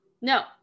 No